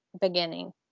beginning